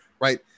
right